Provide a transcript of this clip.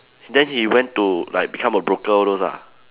then he went to like become a broker all those lah